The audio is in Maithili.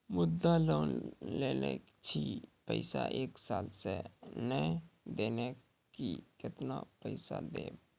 मुद्रा लोन लेने छी पैसा एक साल से ने देने छी केतना पैसा देब?